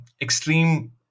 extreme